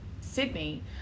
Sydney